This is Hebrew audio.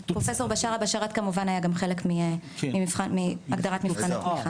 פרופ' בשארה בשאראת היה גם חלק מהגדרת מבחן התמיכה.